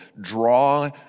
draw